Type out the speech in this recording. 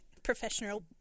Professional